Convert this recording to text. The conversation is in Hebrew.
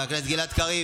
שיקבלו אותו בוושינגטון?